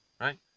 right